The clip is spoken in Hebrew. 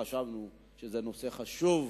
חשבנו שזה נושא חשוב.